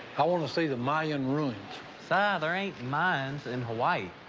i wanna see the mayan ruins. si, ah there ain't mayans in hawaii.